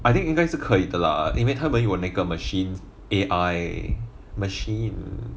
I think 应该是可以的啦因为他们有那个 machine A_I machine